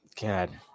God